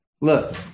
Look